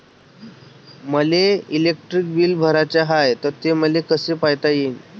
मले electric bill भराचं हाय, ते मले कस पायता येईन?